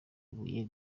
ibuye